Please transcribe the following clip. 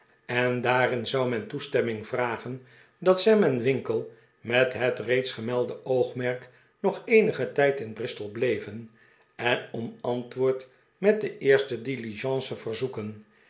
en daarin zou men zijn toestemming vragen dat sam en winkle met het reeds gemelde oogmerk nog eenigen tijd in bristol bleven en om antwoord met de eerste diligence verzoeken